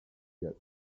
jest